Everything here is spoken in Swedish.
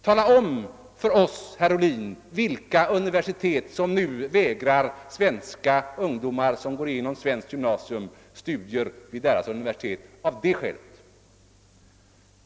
Tala om för oss, herr Ohlin, vilka universitet som nu vägrar svenska ungdomar som gått igenom svenskt gymnasium att studera vid universiteten av detta skäl!